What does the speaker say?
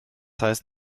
heißt